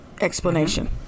explanation